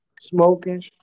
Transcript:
smoking